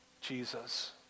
Jesus